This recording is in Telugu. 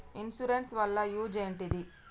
ఇన్సూరెన్స్ వాళ్ల యూజ్ ఏంటిది?